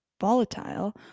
volatile